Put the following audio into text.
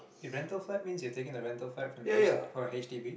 if rental side means you've taken the rental side from the H from the h_d_b